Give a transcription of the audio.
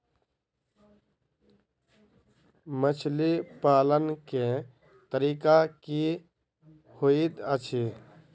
मछली पालन केँ तरीका की होइत अछि?